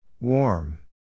Warm